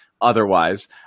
otherwise